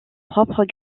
propre